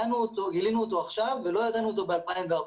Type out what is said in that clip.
שגילינו אותו עכשיו לא ידענו אותו ב-2014,